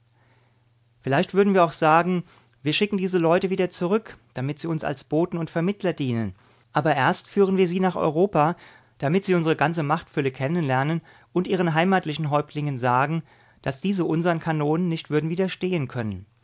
vielleicht würden wir auch sagen wir schicken diese leute wieder zurück damit sie uns als boten und vermittler dienen aber erst führen wir sie nach europa damit sie unsere ganze machtfülle kennenlernen und ihren heimatlichen häuptlingen sagen daß diese unsern kanonen nicht würden widerstehen können